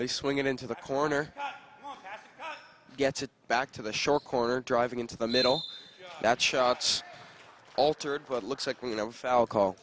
they swing it into the corner gets it back to the short corner driving into the middle that shots altered what looks like you know fell call